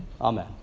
Amen